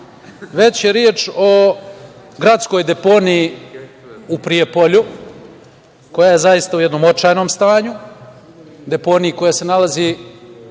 već je reč o gradskoj deponiji u Prijepolju koja je zaista u jednom očajnom stanju, deponiji koja se nalazi